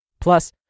Plus